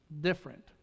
different